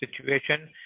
situation